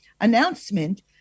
announcement